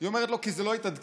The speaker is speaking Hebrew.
היא אומרת לו: כי זה לא התעדכן.